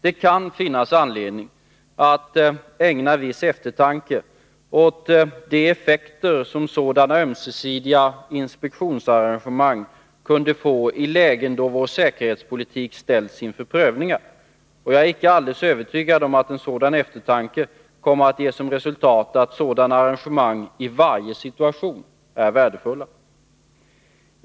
Det finns anledning att ägna viss eftertanke åt de effekter som sådana ömsesidiga inspektionsarrangemang kunde få i lägen då vår säkerhetspolitik ställs inför prövningar. Jag är icke helt övertygad om att en sådan eftertanke kommer att ge som resultat att sådana arrangemang i varje situation är värdefulla.